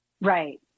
Right